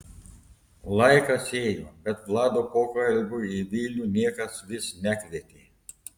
laikas ėjo bet vlado pokalbiui į vilnių niekas vis nekvietė